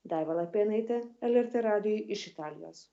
daiva lapėnaitė lrt radijui iš italijos